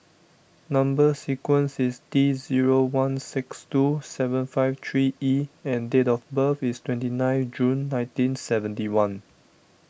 Number Sequence is T zero one six two seven five three E and date of birth is twenty nine June nineteen seventy one